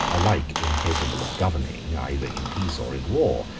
alike incapable of governing, either in peace or in war,